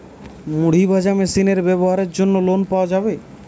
মুড়ি ভাজা মেশিনের ব্যাবসার জন্য লোন পাওয়া যাবে?